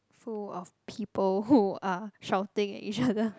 full of people who are shouting at each other